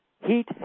Heat